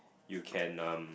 you can um